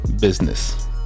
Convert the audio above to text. business